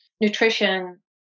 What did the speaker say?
nutrition